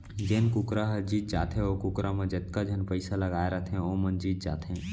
जेन कुकरा ह जीत जाथे ओ कुकरा म जतका झन पइसा लगाए रथें वो मन जीत जाथें